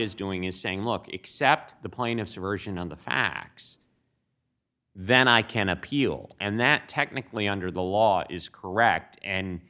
is doing is saying look except the plaintiffs are version on the facts then i can appeal and that technically under the law is correct and